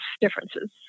differences